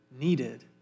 needed